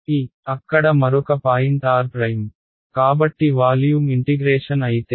ఇక్కడ మరొక point r కాబట్టి వాల్యూమ్ ఇంటిగ్రేషన్ అయితే